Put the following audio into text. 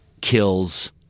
kills